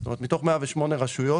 זאת אומרת מתוך 108 רשויות